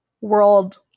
world